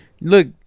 Look